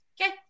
Okay